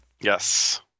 Yes